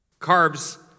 Carbs